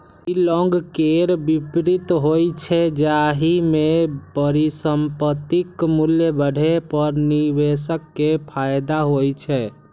ई long केर विपरीत होइ छै, जाहि मे परिसंपत्तिक मूल्य बढ़ै पर निवेशक कें फायदा होइ छै